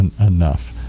enough